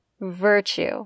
virtue